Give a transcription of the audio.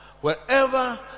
Wherever